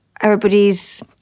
everybody's